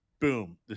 boom